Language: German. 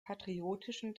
patriotischen